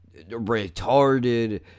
retarded